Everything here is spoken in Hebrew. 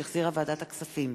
שהחזירה ועדת הכספים,